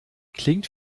klingt